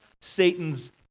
Satan's